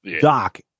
Doc